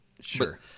Sure